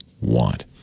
want